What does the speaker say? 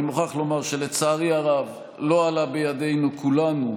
אני מוכרח לומר שלצערי הרב לא עלה בידינו, כולנו,